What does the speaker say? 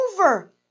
over